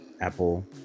apple